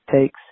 takes